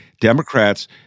Democrats